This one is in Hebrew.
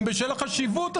זה הליך של חוק-יסוד.